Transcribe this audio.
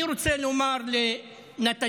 אני רוצה לומר לנתניהו: